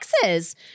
Texas